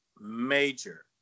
major